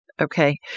Okay